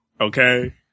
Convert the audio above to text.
Okay